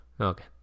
okay